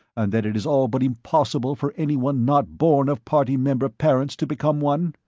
and that it is all but impossible for anyone not born of party member parents to become one?